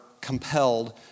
compelled